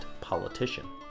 politician